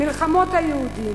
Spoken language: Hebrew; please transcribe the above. מלחמות היהודים,